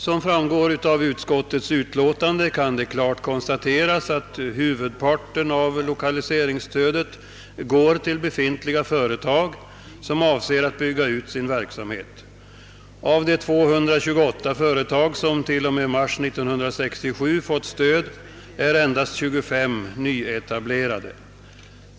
Som framgår av utskottets utlåtande kan det klart konstateras att huvudparten av lokaliseringsstödet går till befintliga företag som avser att bygga ut sin verksamhet. Av de 228 företag som till och med 6 mars 1967 fått stöd är endast 25 nyetablerade.